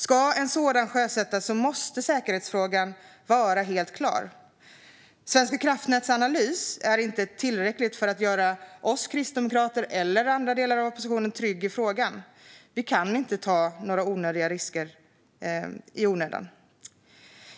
Om en sådan ska sjösättas måste säkerhetsfrågan vara helt klar. Svenska kraftnäts analys är inte tillräcklig för att göra oss kristdemokrater och andra delar av oppositionen trygga i frågan. Vi kan inte ta några risker i onödan.